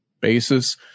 basis